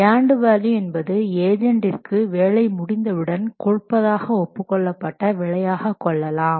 earned value என்பது ஏஜன்டிற்கு வேலை முடிந்தவுடன் கொடுப்பதாக ஒப்புக் கொள்ளப்பட்ட விலையாக கொள்ளலாம்